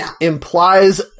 implies